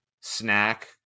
snack